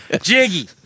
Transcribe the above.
Jiggy